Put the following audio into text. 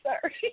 Sorry